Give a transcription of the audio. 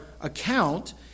account